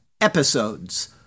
episodes